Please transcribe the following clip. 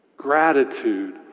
Gratitude